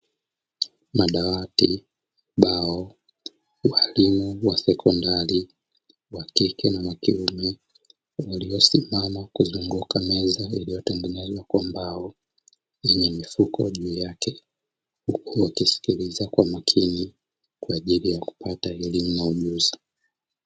Madawati, ubao, walimu wa sekondari wakike na wakiume waliosimama kuzunguka meza iliyotengenezwa kwa mbao, yenye mifuko juu yake. Huku wakisikiliza kwa makini kwa ajili ya kupata elimu na ujuzi.